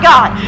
God